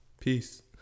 Peace